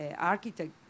architect